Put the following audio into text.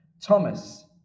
thomas